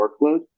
workload